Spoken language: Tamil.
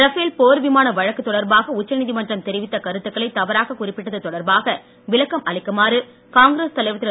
ரபேல் போர் விமான வழக்கு தொடர்பாக உச்ச நீதிமன்றம் தெரிவித்த கருத்துக்களை தவறாக குறிப்பிட்டது தொடர்பாக விளக்கம் அளிக்குமாறு காங்கிரஸ் தலைவர் திரு